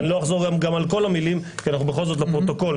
אני לא אחזור גם על כל המילים כי זה בכל זאת לפרוטוקול.